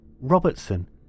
Robertson